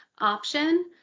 option